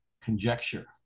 conjecture